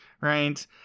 right